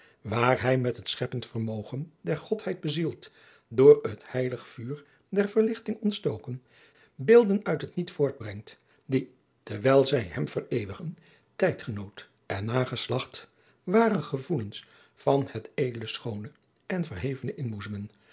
waar hij met het scheppend vermogen der godheid bezield door het heilig vuur der verdichting ontstoken beelden uit het niet voortbrengt die terwijl zij hem vereeuwigen tijdgenoot en nageslacht ware gevoelens van het edele schoone en verhevene